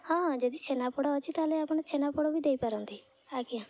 ହଁଁ ହଁ ଯଦି ଛେନାପୋଡ଼ ଅଛି ତା'ହେଲେ ଆପଣ ଛେନାପୋଡ଼ ବି ଦେଇପାରନ୍ତି ଆଜ୍ଞା